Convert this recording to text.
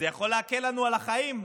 זה יכול להקל לנו את החיים.